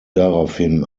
daraufhin